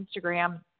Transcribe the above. Instagram